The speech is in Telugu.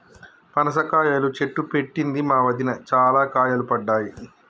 పనస కాయల చెట్టు పెట్టింది మా వదిన, చాల కాయలు పడ్డాయి